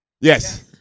Yes